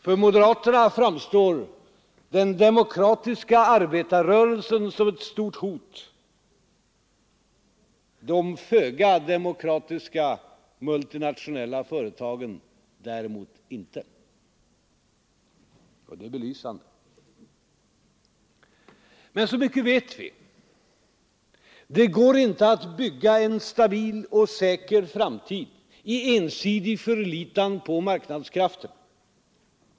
För moderaterna framstår den demokratiska arbetarrörelsen som ett stort hot, de föga demokratiska multinationella företagen däremot inte. Det är belysande. Men så mycket vet vi: det går inte att bygga en stabil och säker framtid i ensidig förlitan på marknadskrafterna.